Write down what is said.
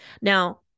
Now